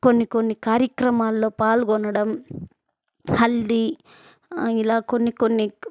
కొన్ని కొన్ని కార్యక్రమాల్లో పాల్గొనడం హల్ది ఇలా కొన్ని కొన్ని